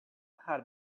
had